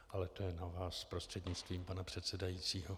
Ale to je na vás, prostřednictvím pana předsedajícího.